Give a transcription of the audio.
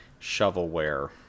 shovelware